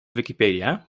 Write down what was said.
wikipedia